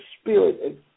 spirit